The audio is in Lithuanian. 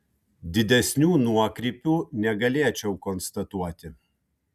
didesnių nuokrypių negalėčiau konstatuoti